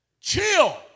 chill